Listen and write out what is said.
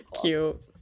cute